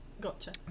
Gotcha